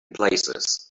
places